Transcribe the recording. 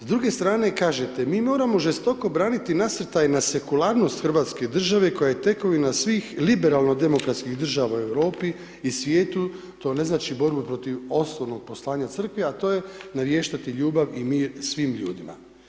S druge strane kažete, mi moramo žestoko braniti nasrtaje na sekularnost hrvatske države koja je tekovina svih liberalno-demokratskih država u Europi i svijetu, to ne znači borbu protiv osnovnog poslanja crkve a to je naviještati ljubav i mir svim ljudima.